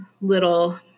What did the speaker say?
little